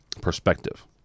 perspective